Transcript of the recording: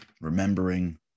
remembering